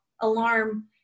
alarm